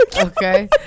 Okay